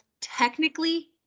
technically